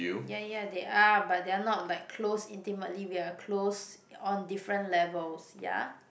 ya ya they are but they are not like close intimately we are close on different levels ya